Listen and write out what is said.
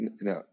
no